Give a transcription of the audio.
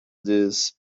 this